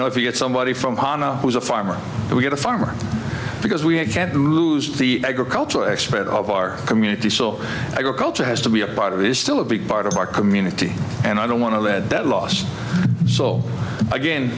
know if you get somebody from hano who's a farmer we get a farmer because we can't lose the agricultural expert of our community so i go culture has to be a part of it is still a big part of our community and i don't want to lead that last so again